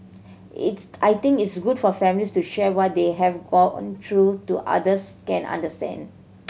it's I think it's good for families to share what they have gone through to others can understand